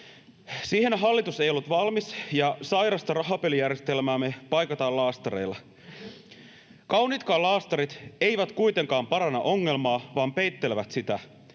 Siihen hallitus ei ollut valmis, ja sairasta rahapelijärjestelmäämme paikataan laastareilla. Kauniitkaan laastarit eivät kuitenkaan paranna ongelmaa, vaan peittelevät sitä.